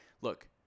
look